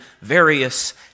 various